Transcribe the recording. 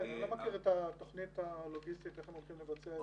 אני לא מכיר את התוכנית הלוגיסטית איך הם הולכים לבצע את זה.